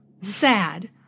sad